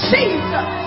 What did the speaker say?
Jesus